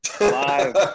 live